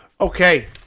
Okay